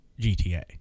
GTA